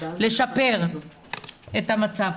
לשפר את המצב.